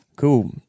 Cool